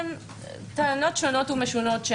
טענות שונות ומשונות.